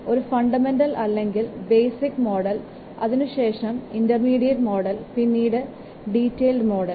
ഒന്ന് ഫണ്ടമെന്റൽ അല്ലെങ്കിൽ basic model അതിനുശേഷം ഇന്റർമീഡിയേറ്റ് മോഡൽ പിന്നീട് ഡീറ്റെയിൽഡ് മോഡൽ